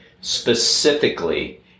specifically